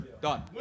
Done